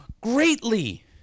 greatly